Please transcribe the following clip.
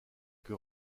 que